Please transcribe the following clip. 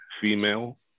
female